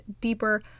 deeper